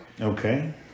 Okay